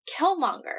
Killmonger